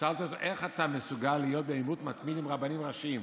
שאלתי אותו: איך אתה מסוגל להיות בעימות מתמיד עם רבנים ראשיים?